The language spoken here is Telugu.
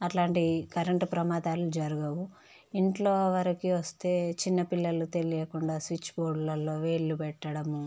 అలాంటి కరెంట్ ప్రమాదాలు జరగవు ఇంట్లో వరికు వస్తే చిన్న పిల్లలు తెలియకుండా స్విచ్ బోర్డులలో వేళ్ళు పెట్టడం